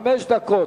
חמש דקות.